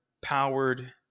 powered